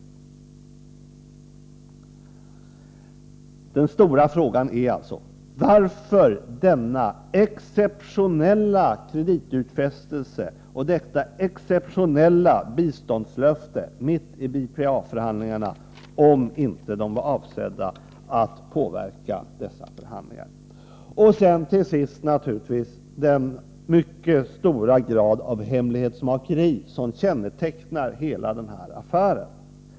Den stora frågan är alltså: Varför denna exceptionella kreditutfästelse och detta exceptionella biståndslöfte mitt i BPA-förhandlingarna, om de inte var avsedda att påverka dessa förhandlingar? Till sist vill jag beröra den mycket stora grad av hemlighetsmakeri som kännetecknar hela den här affären.